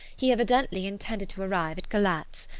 he evidently intended to arrive at galatz,